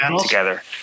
together